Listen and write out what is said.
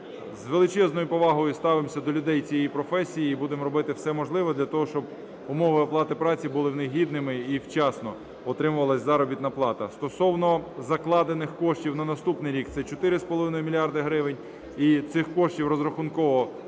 З величезною повагою ставимося до людей цієї професії, і будемо робити все можливе для того, щоб умови оплати праці були в них гідними і вчасно отримувалась заробітна плата. Стосовно закладених коштів на наступний рік. Це 4.5 мільярда гривень, і цих коштів розрахунково